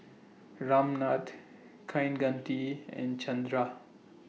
Ramnath Kaneganti and Chandra